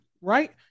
right